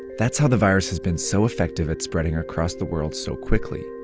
that's how the virus has been so effective at spreading across the world so quickly.